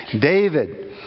David